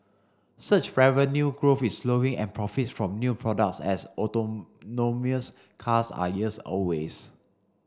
search revenue growth is slowing and profits from new products as autonomous cars are years